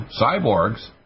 cyborgs